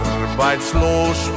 Arbeitslos